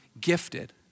gifted